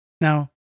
Now